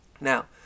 Now